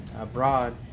abroad